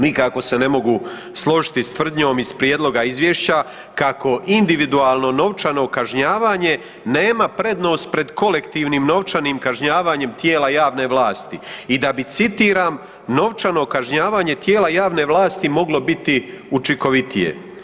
Nikako se ne mogu složiti s tvrdnjom iz prijedloga izvješća kako individualno novčano kažnjavanje, nema prednost pred kolektivnim novčanim kažnjavanjem tijela javne vlasti i da bi citiram „novčano kažnjavanje tijela javne vlasti moglo bitu učinkovitije“